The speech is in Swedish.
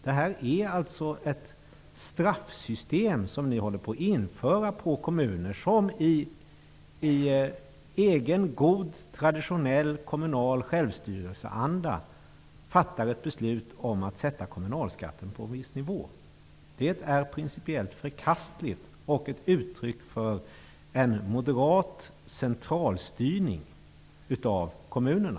Ni håller på att införa ett system med straff för kommuner som i god, traditionell kommunal självstyrelseanda fattar ett beslut om att sätta kommunalskatten på en viss nivå. Det är principiellt förkastligt och ett uttryck för en moderat centralstyrning av kommunerna.